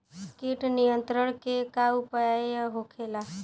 कीट नियंत्रण के का उपाय होखेला?